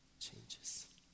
changes